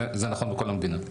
זה נכון בכל המדינה.